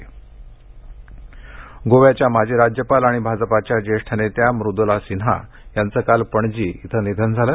सिन्हा निधन गोव्याच्या माजी राज्यपाल आणि भाजपाच्या ज्येष्ठ नेत्या मुदला सिन्हा यांच काल पणजी इथ निधन झाल